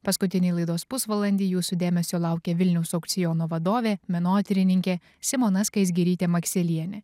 paskutinį laidos pusvalandį jūsų dėmesio laukia vilniaus aukciono vadovė menotyrininkė simona skaisgirytė makselienė